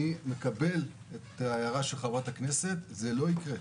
אני מקבל את ההערה של חברת הכנסת שפק, זה לא יקרה.